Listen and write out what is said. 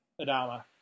Adama